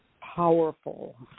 powerful